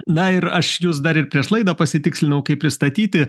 na ir aš jus dar ir prieš laidą pasitikslinau kaip pristatyti